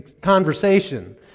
conversation